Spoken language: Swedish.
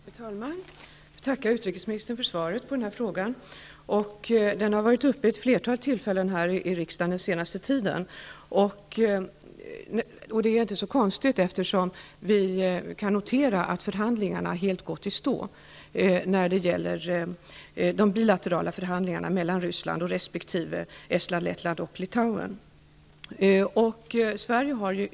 Herr talman! Jag får tacka utrikesministern för svaret på frågan. Den har varit upp vid ett flertal tillfällen här i riksdagen den senaste tiden, och det är inte så konstigt, eftersom vi kan notera att de bilaterala förhandlingarna mellan Ryssland och Estland, Lettland resp. Litauen helt har gått i stå.